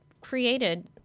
created